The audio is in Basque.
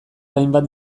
hainbat